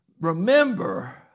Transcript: Remember